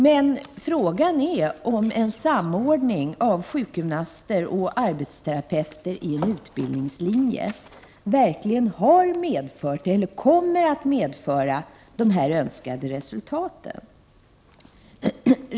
Men frågan är om en samordning av sjukgymnaster och arbetsterapeuter i en utbildningslinje verkligen har medfört eller kommer att medföra de önskade resultaten.